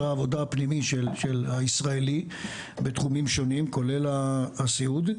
העבודה של הפנימי הישראלי בתחומים שונים כולל הסיעוד,